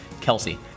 Kelsey